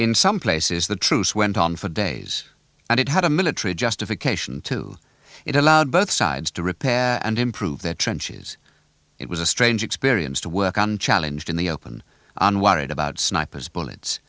in some places the troops went on for days and it had a military justification to it allowed both sides to repair and improve their trenches it was a strange experience to work on challenge in the open and worried about snipers bullets